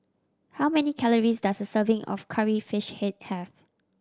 how many calories does a serving of Curry Fish Head have